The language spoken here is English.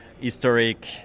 historic